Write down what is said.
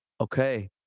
Okay